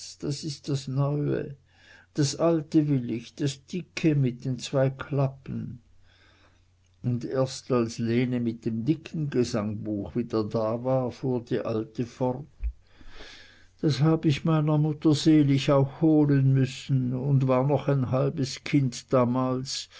das ist das neue das alte will ich das dicke mit den zwei klappen und erst als lene mit dem dicken gesangbuche wieder da war fuhr die alte fort das hab ich meiner mutter selig auch holen müssen und war noch ein halbes kind damals